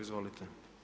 Izvolite.